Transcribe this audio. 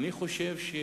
אני חושב שהוא